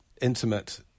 intimate